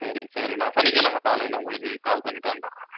சரி சரி நான் சனிக்கிழம காலையில் உங்களுக்கு கால் பண்ணிகிட்டு வந்துடுறேன்